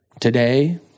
today